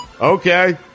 Okay